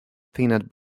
peanut